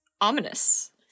ominous